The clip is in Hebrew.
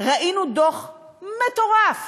ראינו דוח מטורף